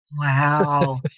Wow